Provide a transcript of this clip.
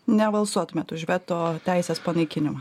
nebalsuotumėt už veto teisės panaikinimą